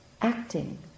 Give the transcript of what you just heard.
acting